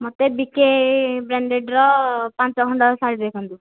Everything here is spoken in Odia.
ମୋତେ ବିକେ ବ୍ରାଣ୍ଡେଡ୍ର ପାଞ୍ଚ ଖଣ୍ଡ ଶାଢ଼ୀ ଦେଖାନ୍ତୁ